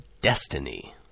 Destiny